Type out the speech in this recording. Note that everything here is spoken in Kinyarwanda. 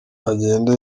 agenda